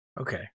Okay